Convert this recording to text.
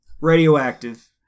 Radioactive